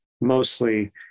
mostly